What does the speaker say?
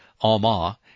Alma